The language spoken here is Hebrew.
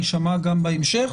יישמע גם בהמשך.